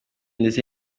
ndetse